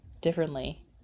differently